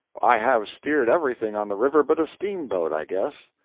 i have steered everything on the river but a steamboat, i guess.